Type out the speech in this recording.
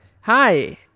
Hi